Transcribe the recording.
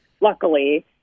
luckily